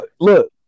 Look